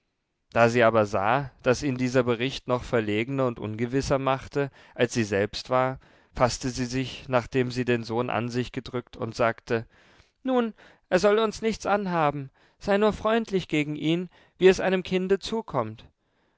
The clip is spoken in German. da sie aber sah daß ihn dieser bericht noch verlegener und ungewisser machte als sie selbst war faßte sie sich nachdem sie den sohn an sich gedrückt und sagte nun er soll uns nichts anhaben sei nur freundlich gegen ihn wie es einem kinde zukommt